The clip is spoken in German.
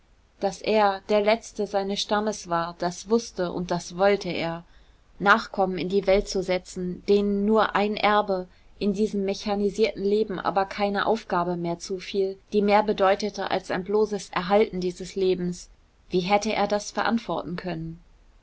daß er der letzte seines stammes war das wußte und das wollte er nachkommen in die welt zu setzen denen nur ein erbe in diesem mechanisierten leben aber keine aufgabe mehr zufiel die mehr bedeutete als ein bloßes erhalten dieses lebens wie hätte er das verantworten können